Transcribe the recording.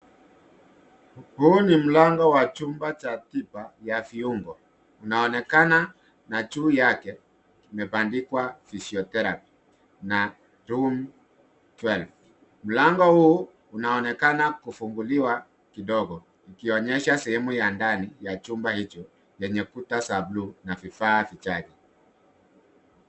Huu ni mlango wa chumba cha pipa ya viungo, inaonekana na juu yake imebandikwa, physiotherapy, na, room twelve. Mlango huu unaonekana kufunguliwa kidogo ikionyesha sehemu ya ndani ya chumba hicho yenye kuta za bluu na vifaa vichache.